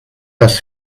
das